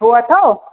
हो अथव